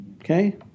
Okay